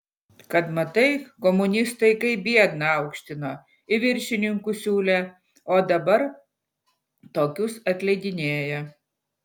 kad matai komunistai kaip biedną aukštino į viršininkus siūlė o dabar tokius atleidinėja